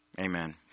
Amen